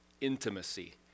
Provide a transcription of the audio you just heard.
intimacy